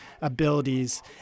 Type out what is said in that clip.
abilities